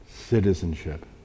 citizenship